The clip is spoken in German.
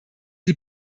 die